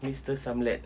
mister samled